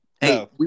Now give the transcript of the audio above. hey